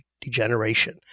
Degeneration